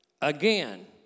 again